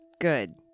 good